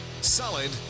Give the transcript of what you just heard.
Solid